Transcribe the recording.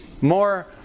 more